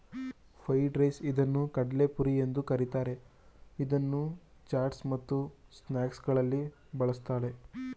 puffed rice ಇದನ್ನು ಕಡಲೆಪುರಿ ಎಂದು ಕರಿತಾರೆ, ಇದನ್ನು ಚಾಟ್ಸ್ ಮತ್ತು ಸ್ನಾಕ್ಸಗಳಲ್ಲಿ ಬಳ್ಸತ್ತರೆ